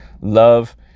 love